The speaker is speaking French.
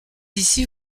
ici